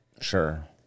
Sure